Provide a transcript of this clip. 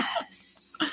Yes